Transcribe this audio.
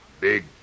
big